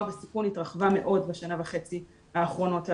בסיכון התרחבה מאוד בשנה וחצי האחרונות הללו.